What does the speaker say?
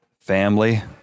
Family